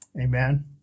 Amen